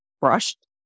brushed